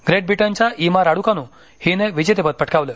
great ब्रिटनच्या Emma Raducanu हिनं विजेतेपद पटकावलं